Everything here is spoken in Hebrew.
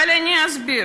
אבל אני אסביר: